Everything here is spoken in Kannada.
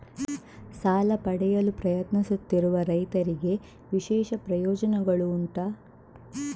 ಸಾಲ ಪಡೆಯಲು ಪ್ರಯತ್ನಿಸುತ್ತಿರುವ ರೈತರಿಗೆ ವಿಶೇಷ ಪ್ರಯೋಜನೆಗಳು ಉಂಟಾ?